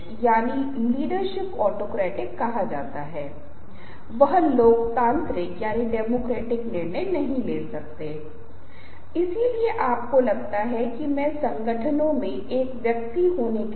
यदि मैं इस बात को स्पष्ट कर सकता हूं कि आप क्या करने जा रहे हैं तो आप पूरी कक्षा या संपूर्ण दर्शकों को क्षेत्रों में विभाजित कर रहे हैं